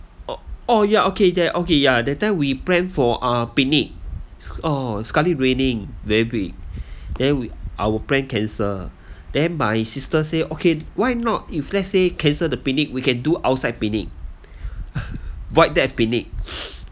oh oh ya okay there okay ya that time we plan for a picnic oh sekali raining heavily then our plan cancel then my sister say okay why not if let's say cancel the pinic we can do outside picnic void deck picnic